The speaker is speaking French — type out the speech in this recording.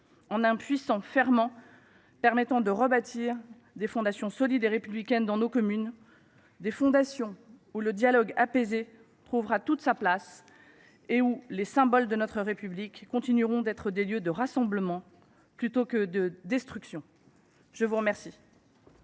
en un puissant ferment permettant de rebâtir des fondations solides et républicaines dans nos communes, des fondations où le dialogue apaisé trouvera toute sa place et où les symboles de notre République continueront d’être des lieux de rassemblement plutôt que de destruction. La parole